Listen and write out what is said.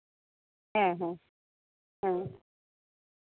ᱦᱮᱸ ᱦᱮᱸ ᱦᱮᱸ